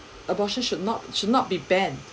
abortion should not should not be banned